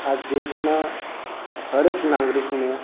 આ દેશના હર એક નાગરિકને